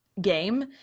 game